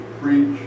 preach